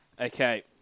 Okay